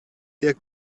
der